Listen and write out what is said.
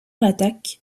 l’attaque